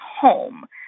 home